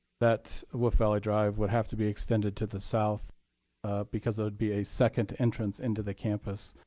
that wolf valley drive would have to be extended to the south because it would be a second entrance into the campus